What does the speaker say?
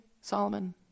Solomon